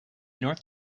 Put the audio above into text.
north